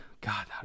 God